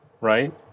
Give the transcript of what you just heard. right